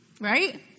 right